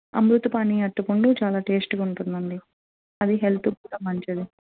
అమృతపాణి అరటి పండు చాలా టేస్ట్గా ఉంటుందండి అది హెల్త్కు కూడా మంచిది